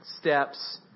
steps